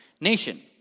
nation